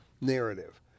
narrative